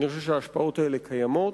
אני חושב שההשפעות האלה קיימות.